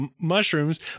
mushrooms